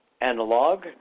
analog